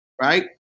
right